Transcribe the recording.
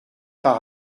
par